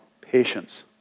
patience